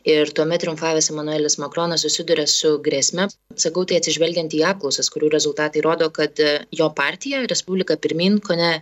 ir tuomet triumfavęs emanuelis makronas susiduria su grėsme sakau tai atsižvelgiant į apklausas kurių rezultatai rodo kad jo partija respublika pirmyn kone